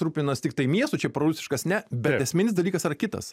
rūpinas tiktai miestu čia prūsiškas ne esminis dalykas yra kitas